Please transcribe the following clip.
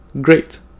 Great